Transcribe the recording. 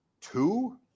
two